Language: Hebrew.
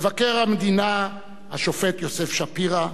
מבקר המדינה, השופט יוסף שפירא,